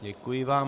Děkuji vám.